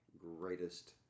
greatest